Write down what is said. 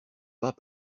pas